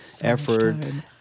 effort